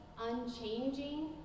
unchanging